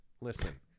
listen